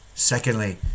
Secondly